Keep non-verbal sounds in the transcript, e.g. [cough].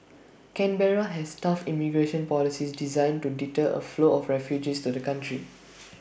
Canberra has tough immigration policies designed to deter A flow of refugees to the country [noise]